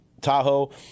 Tahoe